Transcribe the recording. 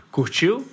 Curtiu